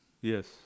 Yes